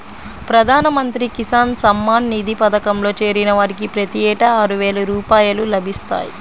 ప్రధాన మంత్రి కిసాన్ సమ్మాన్ నిధి పథకంలో చేరిన వారికి ప్రతి ఏటా ఆరువేల రూపాయలు లభిస్తాయి